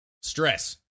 Stress